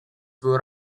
свою